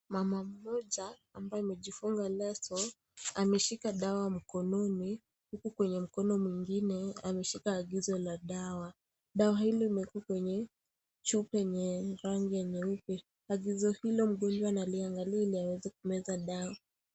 Mama mmoja ambaye amejifunga leso ameshika dawa mkononi huku kwenye mkono mwingine ameshika agizo la dawa. Dawa hilo liko kwenye chupa yenye rangi nyeupe. Agizo hilo mgonjwa anaangalia ili aweze kumeza dawa.